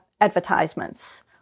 advertisements